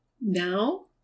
Now